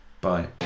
Bye